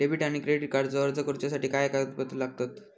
Debit आणि credit कार्डचो अर्ज करुच्यासाठी काय कागदपत्र लागतत?